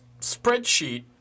spreadsheet